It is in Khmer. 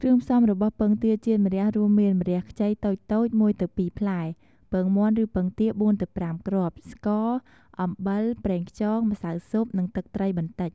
គ្រឿងផ្សំរបស់ពងទាចៀនម្រះរួមមាន ម្រះខ្ចីតូចៗ ១ទៅ២ផ្លែ ពងមាន់ឬពងទា ៤ទៅ៥គ្រាប់ ស្ករ អំបិល ប្រេងខ្យង ម្សៅស៊ុប និង ទឹកត្រីបន្តិច ។